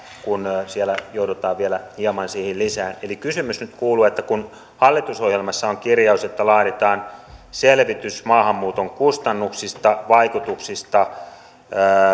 kun siellä joudutaan vielä hieman siihen lisäämään kysymys nyt kuuluu kun hallitusohjelmassa on kirjaus että laaditaan selvitys maahanmuuton kustannuksista vaikutuksista